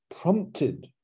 prompted